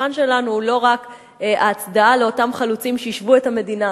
המבחן שלנו הוא לא רק ההצדעה לאותם חלוצים שיישבו את המדינה.